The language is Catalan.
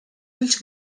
ulls